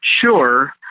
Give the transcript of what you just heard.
sure